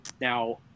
Now